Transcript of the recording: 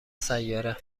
سیاره